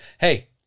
Hey